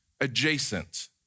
adjacent